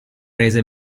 rese